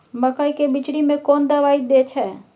मकई के बिचरी में कोन दवाई दे छै?